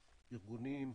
ארגונים,